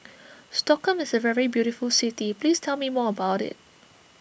Stockholm is a very beautiful city please tell me more about it